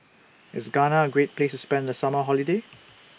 IS Ghana A Great Place to spend The Summer Holiday